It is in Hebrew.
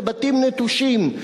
לבתים נטושים.